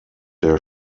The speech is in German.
der